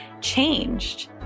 changed